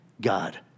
God